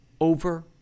over